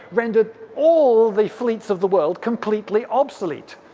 rendered all the fleets of the world completely obsolete.